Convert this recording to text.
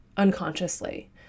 unconsciously